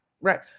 right